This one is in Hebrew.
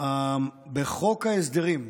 בחוק ההסדרים,